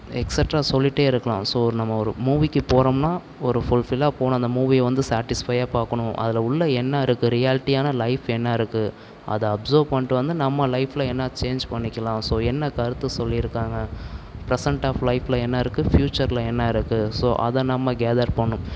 extra சொல்லிகிட்டே இருக்கலாம் so ஒரு நம்ம ஒரு மூவிக்கு போகறோம்ன்னா ஒரு ஃபுல்ஃபில்லாக போன அந்த மூவியை வந்து சாட்டிஸ்ஃபையாக பார்க்கணும் அதில் உள்ள என்ன இருக்கு ரியாலிட்டியான லைஃப் என்ன இருக்கு அதை அப்சர்வ் பண்ணிட்டு வந்து நம்ம லைஃப்பில என்ன சேன்ச் பண்ணிக்கலாம் ஸோ என்ன கருத்து சொல்லிருக்காங்க ப்ரசண்ட் ஆஃப் லைஃப்பில என்ன இருக்கு ப்யூச்சரில் என்ன இருக்கு ஸோ அதை நம்ம கேதர் பண்ணும்